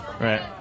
Right